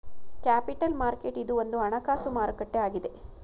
capital market ಇದು ಒಂದು ಹಣಕಾಸು ಮಾರುಕಟ್ಟೆ ಆಗಿದೆ